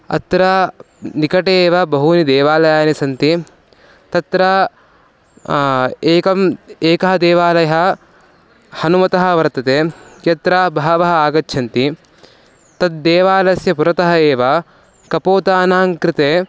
अत्र निकटे एव बहवः देवालयाः सन्ति तत्र एकम् एकः देवालयः हनुमतः वर्तते यत्र बहवः आगच्छन्ति तद्देवालस्य पुरतः एव कपोतानां कृते